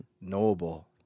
knowable